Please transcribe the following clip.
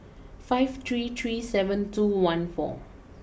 five three three seven two one four